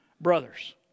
brothers